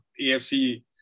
AFC